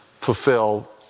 fulfill